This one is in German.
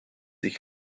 ich